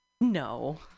No